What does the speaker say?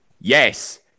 Yes